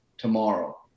tomorrow